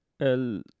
El